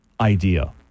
idea